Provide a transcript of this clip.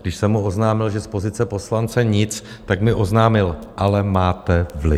Když jsem mu oznámil, že z pozice poslance nic, tak mi oznámil: ale máte vliv.